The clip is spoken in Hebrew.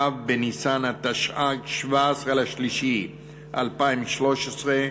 ו' בניסן התשע"ג, 17 במרס 2013,